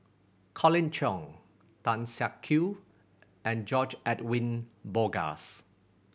Colin Cheong Tan Siak Kew and George Edwin Bogaars